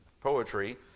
poetry